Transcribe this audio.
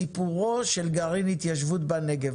סיפורו של גרעין התיישבות בנגב.